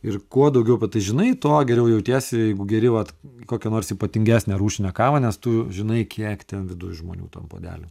ir kuo daugiau apie tai žinai tuo geriau jautiesi jeigu geri vat kokią nors ypatingesnę rūšinę kavą nes tu žinai kiek ten viduj žmonių tam puodely